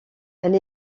elle